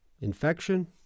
infection